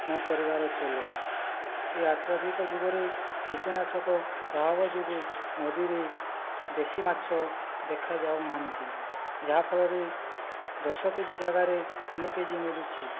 ମୋ ପରିବାର ଚଳେ ଏ ଆତ୍ୱାଧିକ ଯୁଗରେ କୀଟନାଶକ ପ୍ରଭାବ ଯୋଗୁଁ ନଦୀରେ ବେଶୀ ମାଛ ଦେଖାଯାଉ ନାହାନ୍ତି ଯାହାଫଳରେ ଦଶ କେଜି ଜାଗାରେ ତିନି କେଜି ମିଳୁଛି